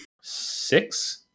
Six